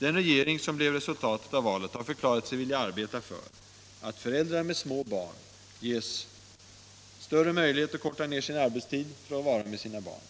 Den regering som blev resultatet av valet har förklarat sig vilja arbeta för att föräldrar med små barn ges större möjlighet att korta ned sin arbetstid för att vara med barnen,